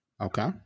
Okay